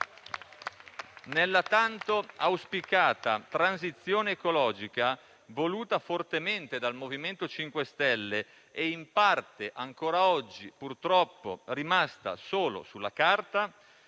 Nella tanto auspicata transizione ecologica, voluta fortemente dal MoVimento 5 Stelle, e in parte ancora oggi purtroppo rimasta solo sulla carta,